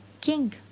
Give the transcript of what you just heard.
king